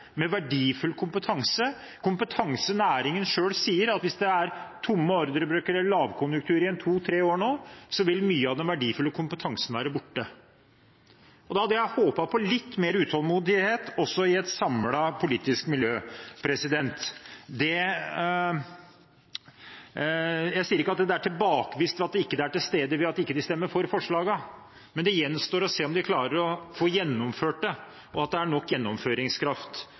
med verdifull kompetanse. Næringen selv sier at hvis det er tomme ordrebøker, eller lavkonjunktur, i en to–tre år nå, så vil mye av den verdifulle kompetansen være borte. Da hadde jeg håpet på litt mer utålmodighet også i et samlet politisk miljø. Jeg sier ikke at det er tilbakevist, eller at det ikke er til stede, ved at de ikke stemmer for forslagene, men det gjenstår å se om de klarer å få gjennomført det, og at det er nok gjennomføringskraft